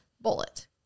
bullet